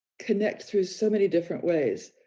connect through so many different ways.